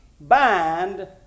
bind